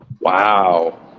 Wow